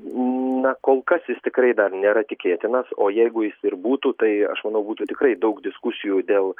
na kol kas jis tikrai dar nėra tikėtinas o jeigu jis ir būtų tai aš manau būtų tikrai daug diskusijų dėl